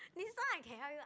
this one I can help you